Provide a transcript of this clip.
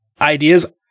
ideas